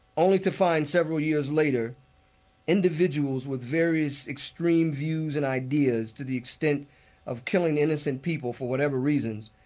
only to find several years later individuals with various extreme views and ideas to the extent of killing innocent people for whatever reasons,